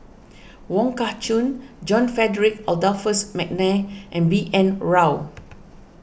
Wong Kah Chun John Frederick Adolphus McNair and B N Rao